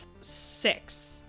Six